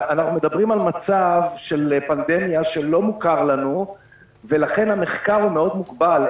אנחנו מדברים על מצב של פנדמיה שלא מוכר לנו ולכן המחקר מוגבל מאוד,